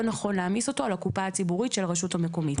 נכון להעמיס אותו על הקופה הציבורית של הרשות המקומית.